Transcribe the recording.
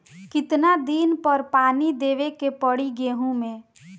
कितना दिन पर पानी देवे के पड़ी गहु में?